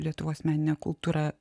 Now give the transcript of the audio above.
lietuvos meninę kultūrą